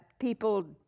people